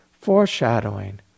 foreshadowing